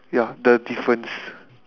ya the difference